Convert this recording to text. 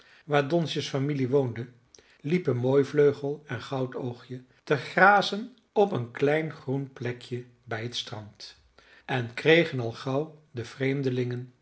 waar donsje's familie woonde liepen mooivleugel en goudoogje te grazen op een klein groen plekje bij het strand en kregen al gauw de vreemdelingen